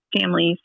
families